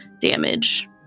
damage